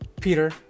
Peter